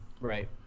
Right